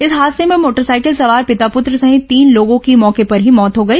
इस हादसे में मोटरसाइकिल सवार पिता पृत्र सहित तीन लोगों की मौके पर ही मौत हो गई